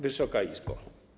Wysoka Izbo!